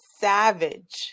savage